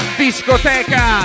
discoteca